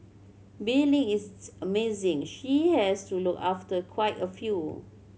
Bee Ling is amazing she has to look after quite a few